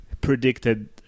predicted